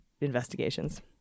investigations